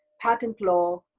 patent law,